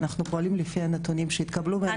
אנחנו פועלים לפי הנתונים שהתקבלו מהנהלת בתי המשפט.